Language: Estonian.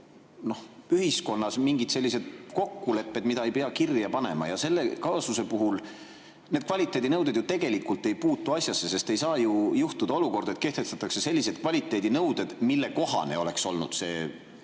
ühiskonnas mingid sellised kokkulepped, mida ei pea kirja panema. Selle kaasuse puhul need kvaliteedinõuded ju tegelikult ei puutu asjasse, sest ei saa juhtuda, et kehtestatakse sellised kvaliteedinõuded, millele see